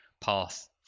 path